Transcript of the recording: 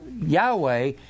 Yahweh